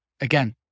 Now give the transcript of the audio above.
again